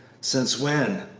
since when,